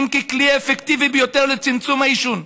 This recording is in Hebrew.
ככלי אפקטיבי ביותר לצמצום העישון.